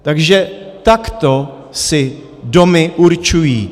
Takže takto si domy určují.